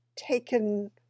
taken